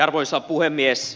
arvoisa puhemies